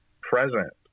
present